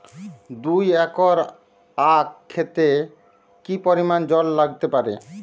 দুই একর আক ক্ষেতে কি পরিমান জল লাগতে পারে?